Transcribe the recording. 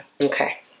Okay